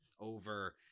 over